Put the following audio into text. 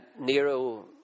Nero